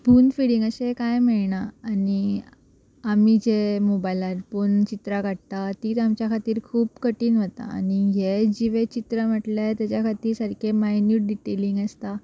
spoon feeding अशें कांय मेयना आनी आमी जे मोबायलार पोवन चित्रां काडटात तीच आमच्या खातीर खूब कठीण वतात आनी हे जी वे चित्रां म्हटल्यार तेज्या खातीर सारके मायन्यूट डिटेलिंग आसता